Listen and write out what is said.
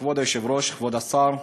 כבוד היושב-ראש, כבוד השר,